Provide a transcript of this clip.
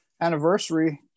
anniversary